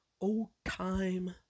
old-time